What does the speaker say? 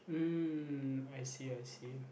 mm I see I see